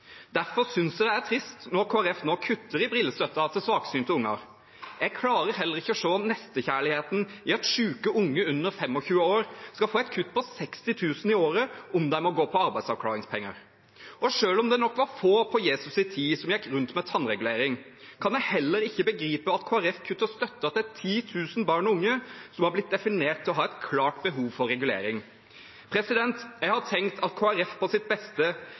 Derfor synes jeg det er trist når Kristelig Folkeparti nå kutter i brillestøtten til svaksynte unger. Jeg klarer heller ikke å se nestekjærligheten i at syke unge under 25 år skal få et kutt på 60 000 kr i året om de må gå på arbeidsavklaringspenger. Selv om det nok var få som gikk rundt med tannregulering på Jesu tid, kan jeg heller ikke begripe at Kristelig Folkeparti kutter støtten til 10 000 barn og unge som har blitt definert til å ha et klart behov for regulering. Jeg har tenkt at Kristelig Folkeparti på sitt beste